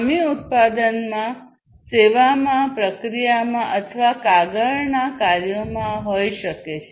ખામી ઉત્પાદનમાં સેવામાં પ્રક્રિયામાં અથવા કાગળના કાર્યોમાં હોઈ શકે છે